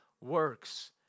works